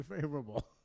favorable